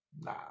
nah